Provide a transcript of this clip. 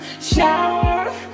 shower